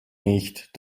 nicht